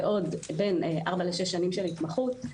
ועוד בין ארבע לשש שנים של התמחות.